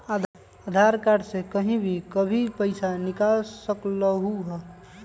आधार card से कहीं भी कभी पईसा निकाल सकलहु ह?